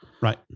Right